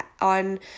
on